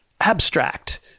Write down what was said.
Abstract